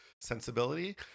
sensibility